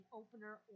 opener